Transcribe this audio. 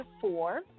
four